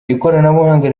ikoranabuhanga